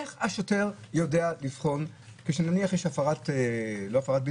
איך השוטר יודע לבחון כשנניח יש הפרת סגר?